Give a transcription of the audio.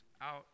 out